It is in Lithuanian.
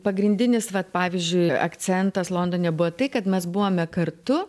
pagrindinis vat pavyzdžiui akcentas londone buvo tai kad mes buvome kartu